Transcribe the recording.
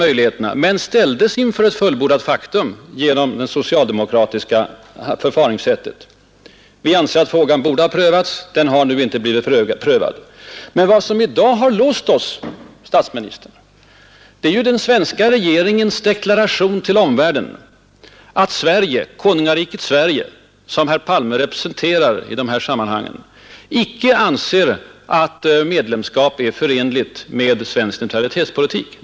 Vi ställdes alltså inför ett fullbordat faktum genom det socialdemokratiska förfaringssättet. Vi anser att medlemskapsfrågan borde ha prövats. Den har nu inte blivit prövad. Men vad som i dag har låst oss, herr statsminister, är den svenska regeringens deklaration till omvärlden att konungariket Sverige, som herr Palme representerar i de här sammanhangen, icke anser att medlemskap är förenligt med svensk neutralitetspolitik.